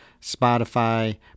Spotify